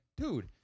dude